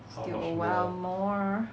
still a while more